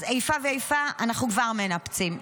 אז איפה ואיפה אנחנו כבר מנפצים.